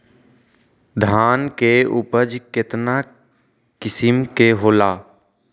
धान के उपज केतना किस्म के होला?